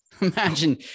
Imagine